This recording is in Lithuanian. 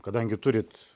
kadangi turit